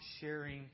sharing